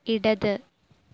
ഇടത്